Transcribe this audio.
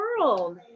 world